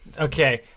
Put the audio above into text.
Okay